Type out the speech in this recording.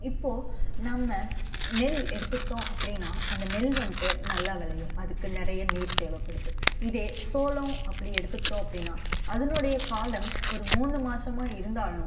இப்போ நம்ம நெல் எடுத்துக்கிட்டோம் அப்படினா அந்த நெல் வந்துட்டு நல்லா விளையும் அதுக்கு நிறைய நீர் தேவைப்படுது இதே சோளம் அப்படி எடுத்துக்கிட்டோம் அப்படினா அதனுடைய காலம் ஒரு மூணு மாதமா இருந்தாலும்